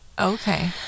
Okay